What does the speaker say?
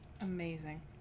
Amazing